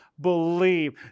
believe